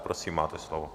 Prosím, máte slovo.